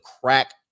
crack